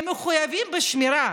הם מחויבים בשמירה.